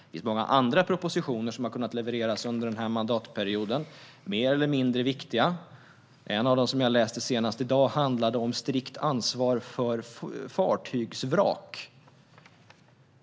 Det finns många andra propositioner som har kunnat levereras under denna mandatperiod, mer eller mindre viktiga. En av dem, som jag läste senast i dag, handlar om strikt ansvar för fartygsvrak.